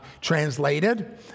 Translated